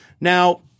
Now